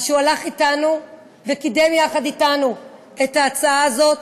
על שהוא הלך אתנו וקידם יחד אתנו את ההצעה הזאת,